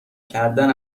کردن